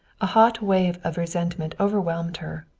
a hot wave of resentment overwhelmed her.